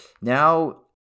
now –